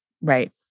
Right